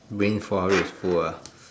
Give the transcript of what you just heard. rainforest is full ah